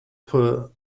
poor